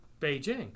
Beijing